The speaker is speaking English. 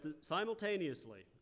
simultaneously